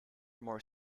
more